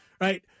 Right